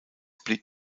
blieb